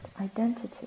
identity